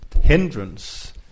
hindrance